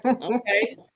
Okay